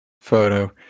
photo